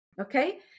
Okay